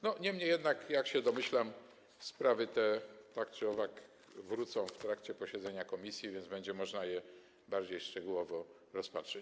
Niemniej jednak, jak się domyślam, sprawy te, tak czy owak, wrócą w trakcie posiedzenia komisji, więc będzie można je bardziej szczegółowo rozpatrzyć.